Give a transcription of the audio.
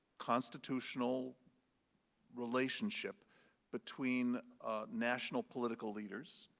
constitutional relationship between national political leaders